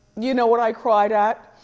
you know what i cried at?